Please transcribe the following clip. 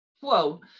whoa